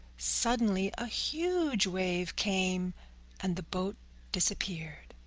suddenly a huge wave came and the boat disappeared.